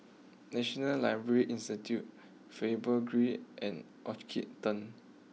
National library Institute Faber Green and Orchard Turn